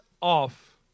off